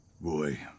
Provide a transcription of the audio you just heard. Boy